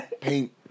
Paint